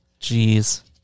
Jeez